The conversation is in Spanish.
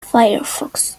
firefox